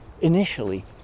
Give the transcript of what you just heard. initially